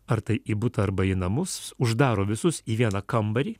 ar tai į butą arba į namus uždaro visus į vieną kambarį